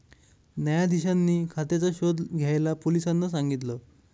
न्यायाधीशांनी खात्याचा शोध घ्यायला पोलिसांना सांगितल